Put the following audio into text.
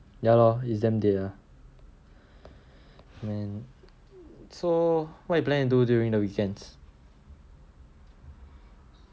ya lor is damn dead lah hmm so what you planning to do during the weekends